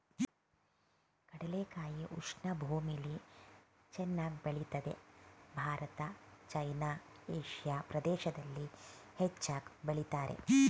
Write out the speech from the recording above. ಕಡಲೆಕಾಯಿ ಉಷ್ಣ ಭೂಮಿಲಿ ಚೆನ್ನಾಗ್ ಬೆಳಿತದೆ ಭಾರತ ಚೈನಾ ಏಷಿಯಾ ಪ್ರದೇಶ್ದಲ್ಲಿ ಹೆಚ್ಚಾಗ್ ಬೆಳಿತಾರೆ